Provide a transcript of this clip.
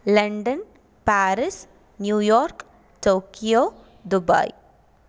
London Paris New York Tokyo Dubai